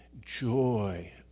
joy